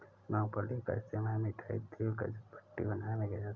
मूंगफली का इस्तेमाल मिठाई, तेल, गज्जक आदि बनाने में किया जाता है